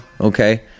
Okay